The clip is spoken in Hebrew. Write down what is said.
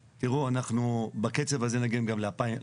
תראו, אנחנו בקצב הזה נגיע גם ל-2100.